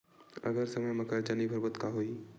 अगर समय मा कर्जा नहीं भरबों का होई?